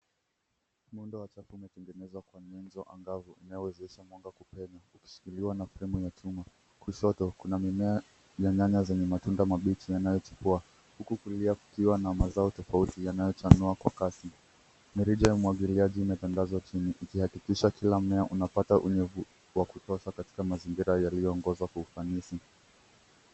Muundo wa chafu umetengenezwa kwa nyenzo angavu inayowezesha mwanga kupenya ukishikiliwa na fremu ya chuma. Kushoto kuna mimea za nyanya zenye matunda mabichi yanayochipua huku kulia kukiwa na mazao tofauti yanayochanua kwa kasi. Mirija ya umwagiliaji imetandazwa chini ikihakikisha kila mmea unapata unyevu wa kutosha katika mazingira yaliyoongozwa kwa ufanisi.